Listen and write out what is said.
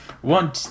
One